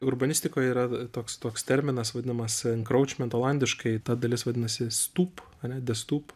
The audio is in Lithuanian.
urbanistikoje yra toks toks terminas vadinamas kraučment olandiškai ta dalis vadinasi stūp ane destūp